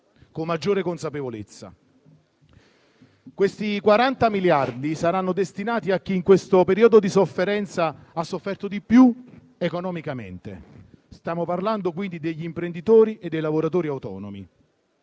con maggiore consapevolezza. Questi 40 miliardi saranno destinati a chi in questo periodo ha sofferto di più economicamente: stiamo parlando quindi degli imprenditori e dei lavoratori autonomi.